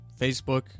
facebook